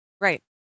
right